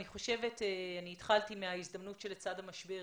התחלתי מההזדמנות שלצד המשבר.